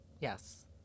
Yes